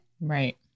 Right